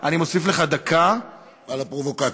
אני מוסיף לך דקה, על הפרובוקציה.